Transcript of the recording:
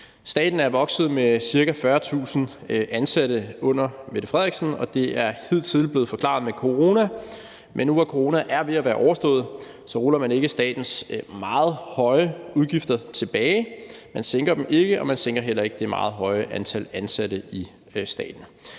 Staten er vokset med ca. 40.000 ansatte under Mette Frederiksen, og det er hidtil blevet forklaret med corona, men nu, hvor corona er ved at være overstået, så ruller man ikke statens meget høje udgifter tilbage. Man sænker dem ikke, og man sænker heller ikke det meget høje antal ansatte i staten.